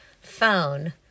phone